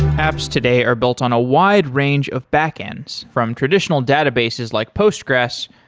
apps today are built on a wide range of back ends, from traditional databases like postgressql,